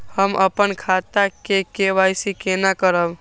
हम अपन खाता के के.वाई.सी केना करब?